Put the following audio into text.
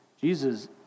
Jesus